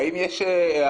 האם יש הערות,